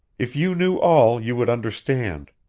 if you knew all, you would understand.